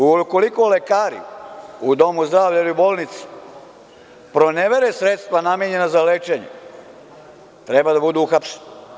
Ukoliko lekari u domu zdravlja ili bolnici pronevere sredstva namenjena za lečenje, treba da budu uhapšeni.